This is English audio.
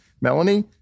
Melanie